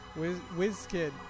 Wizkid